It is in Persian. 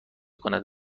کند